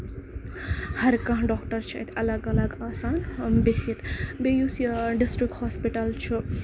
ہر کانہہ ڈاکٹر چھُ ییٚتہِ اَلگ اَلگ آسان بیٚیہِ چھُ ییٚتہِ بیٚیہِ یُس یہِ ڈِسٹرک ہوسپِٹل چھُ